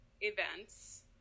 events